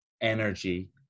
energy